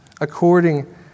according